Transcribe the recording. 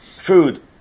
food